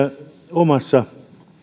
omassa